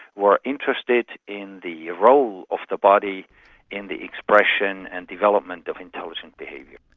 we're interested in the role of the body in the expression and development of intelligent behaviour.